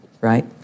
right